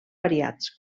variats